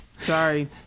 Sorry